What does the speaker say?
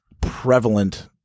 prevalent